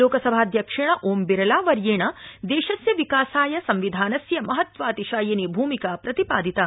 लोकसभाध्यक्षेण ओम्बिरलावयेंण देशस्य विकासाय संविधानस्य महत्वातिशायिनी भूमिका प्रतिपादिता